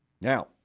Now